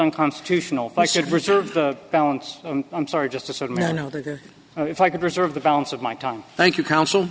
unconstitutional i should reserve the balance i'm sorry just to sort of if i could reserve the balance of my time thank you counsel